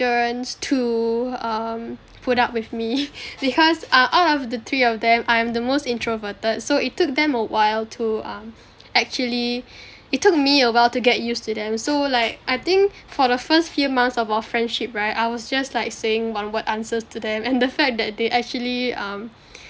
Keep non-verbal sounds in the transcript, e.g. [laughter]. endurance to um put up with me [laughs] because err out of the three of them I'm the most introverted so it took them awhile to um actually it took me awhile to get used to them so like I think for the first few months of our friendship right I was just like saying one word answers to them and the fact that they actually um